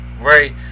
right